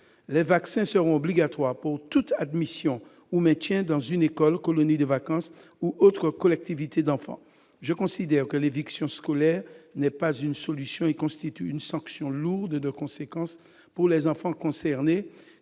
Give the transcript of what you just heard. les vaccins seront obligatoires pour toute admission ou maintien dans une école, colonie de vacances ou autre collectivité d'enfants. Je considère que l'éviction scolaire n'est pas une solution et constitue une sanction lourde de conséquences pour les enfants concernés